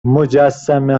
مجسمه